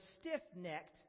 stiff-necked